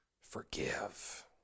Forgive